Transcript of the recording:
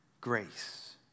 grace